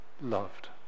loved